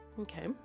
Okay